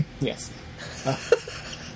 Yes